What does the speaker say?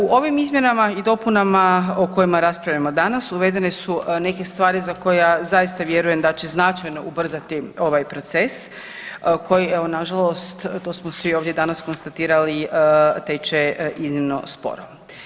U ovim izmjenama i dopunama o kojima raspravljamo danas uvedene su neke stvari za koje ja zaista vjerujem da će značajno ubrzati ovaj proces koji evo nažalost to smo svi ovdje danas konstatirali teče iznimno sporo.